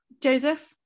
Joseph